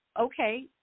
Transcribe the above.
okay